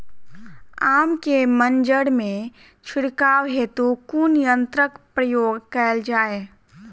आम केँ मंजर मे छिड़काव हेतु कुन यंत्रक प्रयोग कैल जाय?